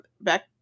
back